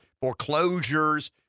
foreclosures